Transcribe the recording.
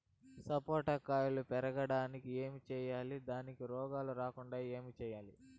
సపోట కాయలు పెరిగేకి ఏమి సేయాలి దానికి రోగాలు రాకుండా ఏమి సేయాలి?